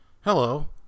Hello